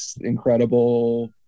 incredible